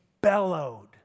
bellowed